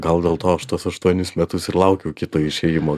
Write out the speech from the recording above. gal dėl to aš tuos aštuonis metus ir laukiau kito išėjimo